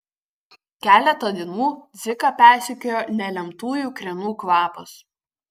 keletą dienų dziką persekiojo nelemtųjų krienų kvapas